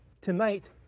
tonight